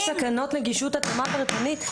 ויש תקנות נגישות התאמה פרטנית.